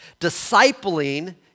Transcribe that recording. Discipling